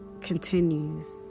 continues